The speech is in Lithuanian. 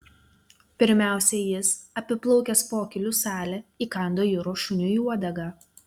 pirmiausia jis apiplaukęs pokylių salę įkando jūros šuniui į uodegą